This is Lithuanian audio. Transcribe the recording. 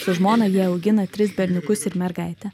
su žmona jie augina tris berniukus ir mergaitę